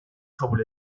kabul